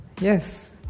Yes